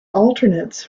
alternates